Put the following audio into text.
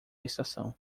estação